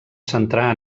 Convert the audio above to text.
centrar